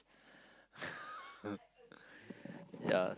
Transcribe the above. yeah